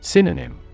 Synonym